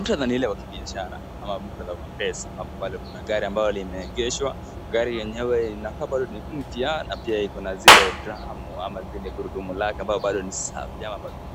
Mkthada ni ule wa kibiashara ama ni ule wa pesa ambapo pale kuna gari ambalo limeegheshwa gari lenyewe linakaa bado ni mpya na pia lina zile druhum ama zile gurudum zake ambao pia ni safi